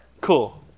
Cool